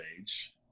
age